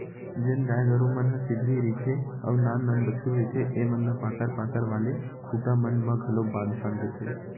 जेन गाय गरु मन ह सिधवी रहिथे अउ नान नान बछरु रहिथे ऐमन ल पातर पातर वाले खूटा मन म घलोक बांध छांद देथे